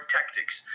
tactics